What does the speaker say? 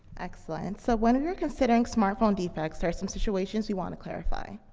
excellent. so when we were considering smartphone defects, there are some situations we wanna clarify.